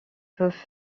peuvent